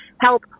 help